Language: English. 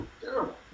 Terrible